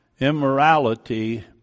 immorality